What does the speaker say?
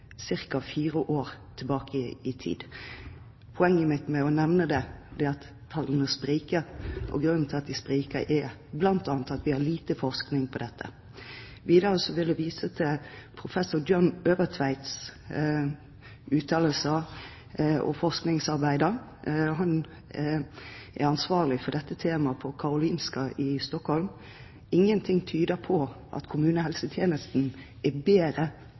fire år tilbake i tid. Poenget mitt med å nevne det er at tallene spriker, og grunnen til at de spriker, er bl.a. at vi har lite forskning på dette. Videre vil jeg vise til professor John Øvretveits uttalelser og forskningsarbeider. Han er ansvarlig for dette temaet på Karolinska Institutet i Stockholm. Ingenting tyder på at kommunehelsetjenesten er bedre